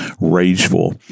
rageful